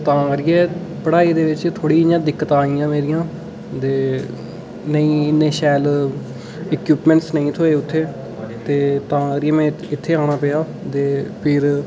ते तां करियै पढ़ाई दे बिच दिक्कतां आवा दियां मेरियां ते नेईं इन्ने शैल इक्यूपमेंट नेईं थ्होए उत्थै ते तां करियै में इत्थै औना पेआ ते फ्ही